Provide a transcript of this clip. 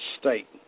state